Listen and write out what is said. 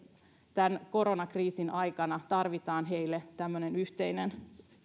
tämän koronakriisin aikana heille tarvitaan tämmöinen yhteinen